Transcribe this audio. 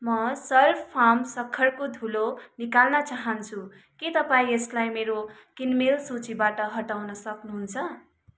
म सर्फ फार्म सक्खरको धुलो निकाल्न चाहन्छु के तपाईँ यसलाई मेरो किनमेल सूचीबाट हटाउन सक्नुहुन्छ